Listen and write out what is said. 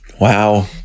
Wow